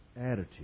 attitude